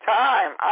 time